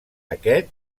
aquest